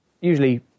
usually